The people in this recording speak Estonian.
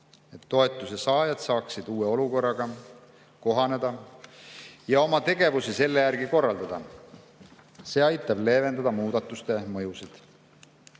toetuse saajad saaksid uue olukorraga kohaneda ja oma tegevusi selle järgi korraldada. See aitab leevendada muudatuste mõjusid. Küsimus